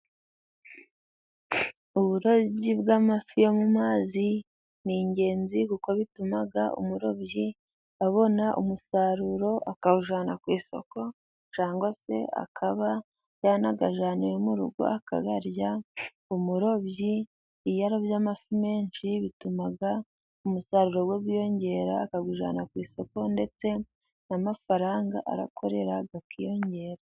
Uburobyi bw'amafi yo mu mazi ni ingenzi kuko bituma umurobyi abona umusaruro, akawujyana ku isoko cyangwa se akaba yanayajyana mu rugo akayarya. umurobyi iyo arobye amafi menshi bituma umusaruro we wiyongera, akagujyana ku isoko ndetse n'amafaranga arakorera akiyongera.